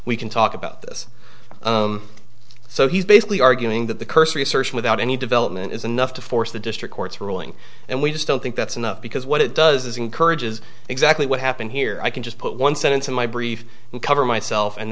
we can talk about this so he's basically arguing that the cursory assertion without any development is enough to force the district court's ruling and we just don't think that's enough because what it does is encourage is exactly what happened here i can just put one sentence in my brief and cover myself and